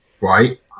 Right